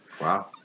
wow